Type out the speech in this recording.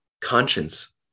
conscience